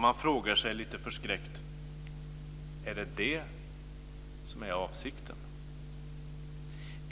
Man frågar sig lite förskräckt om det är det som är avsikten.